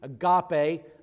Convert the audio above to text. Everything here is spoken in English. agape